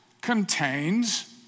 contains